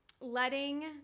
letting